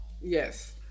Yes